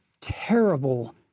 terrible